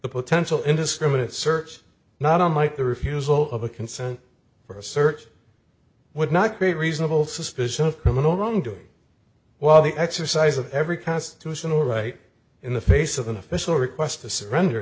the potential indiscriminate search not unlike the refusal of a consent for a search would not create reasonable suspicion of criminal wrongdoing while the exercise of every constitutional right in the face of an official request to surrender